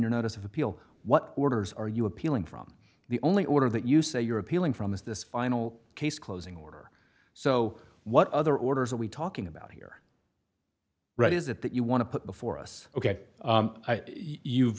your notice of appeal what orders are you appealing from the only order that you say you're appealing from is this final case closing order so what other orders are we talking about here right is it that you want to put before us ok you've you've